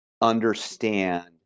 understand